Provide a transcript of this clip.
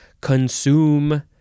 Consume